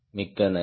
மிக்க நன்றி